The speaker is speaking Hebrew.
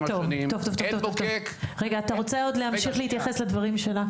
אתה רוצה עוד להמשיך להתייחס לדברים שלה?